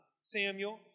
Samuel